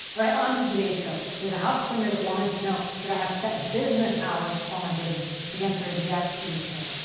all right, onto today's show. there's a house cleaner that wanted to know. should i have set business hours for my business? the answer is yes, you should.